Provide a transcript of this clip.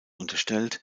unterstellt